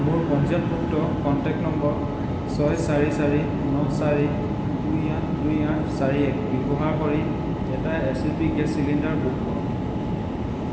মোৰ পঞ্জীয়নভুক্ত contact number ছয় চাৰি চাৰি ন চাৰি দুই আঠ দুই আঠ চাৰি এক ব্যৱহাৰ কৰি এটা H P gas cylinder book কৰক